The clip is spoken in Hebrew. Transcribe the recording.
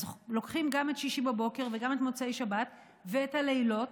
אז לוקחים גם את שישי בבוקר וגם את מוצאי שבת ואת הלילות,